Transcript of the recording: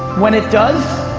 when it does,